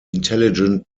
intelligent